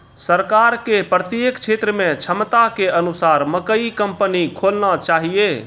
सरकार के प्रत्येक क्षेत्र मे क्षमता के अनुसार मकई कंपनी खोलना चाहिए?